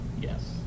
Yes